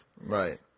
right